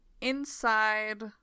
inside